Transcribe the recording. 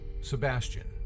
Sebastian